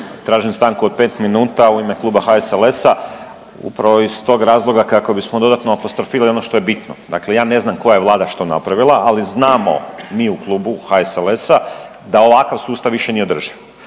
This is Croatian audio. Tražim stanku od 5 minuta u ime kluba HSLS-a upravo iz tog razloga kako bismo dodatno apostrofirali ono što je bitno. Dakle, ja ne znam koja je Vlada što napravila, ali znamo mi u klubu HSLS-a da ovakav sustav više nije održiv.